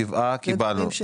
שבעה קיבלנו.